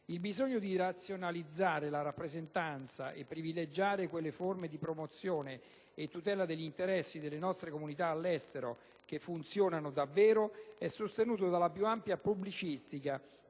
Il bisogno di razionalizzare la rappresentanza e privilegiare quelle forme di promozione e tutela degli interessi delle nostre comunità all'estero che funzionano davvero è sostenuto dalla più ampia pubblicistica,